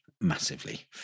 massively